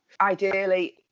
ideally